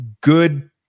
good